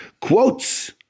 quotes